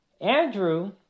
Andrew